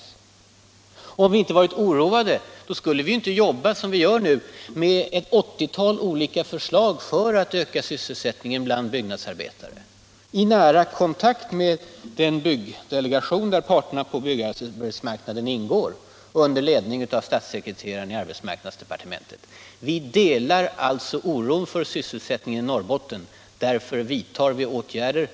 Och om vi inte hade varit oroade skulle vi naturligtvis inte heller jobba som vi nu gör med ett åttital olika förslag för att öka sysselsättningen bland byggnadsarbetarna, i kontakt med den byggdelegation, där parterna på byggarbetsmarknaden ingår under ledning av statssekreteraren i arbetsmarknadsdepartementet. Vi delar alltså oron för sysselsättningen i Norrbotten. Därför vidtar vi åtgärder.